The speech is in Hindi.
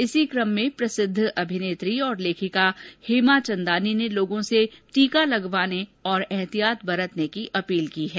इसी कम में प्रसिद्ध अभिनेत्री और लेखिका हेमा चंदानी ने लोगों से टीका लगवाने और एहतियात बरतने की अपील की है